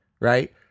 right